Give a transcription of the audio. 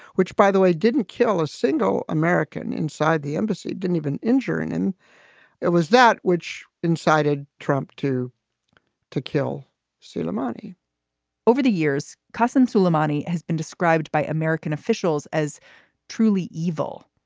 which, by the way, didn't kill a single american inside the embassy, didn't even injuring. and it was that which incited trump to to kill suleimani over the years, cussin suleimani has been described by american officials as truly evil.